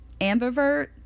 ambivert